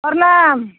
प्रणाम